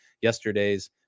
yesterday's